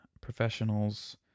professionals